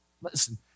Listen